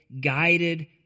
guided